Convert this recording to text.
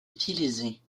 utilisée